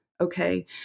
Okay